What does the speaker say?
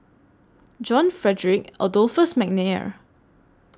John Frederick Adolphus Mcnair